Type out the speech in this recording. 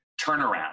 turnaround